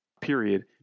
period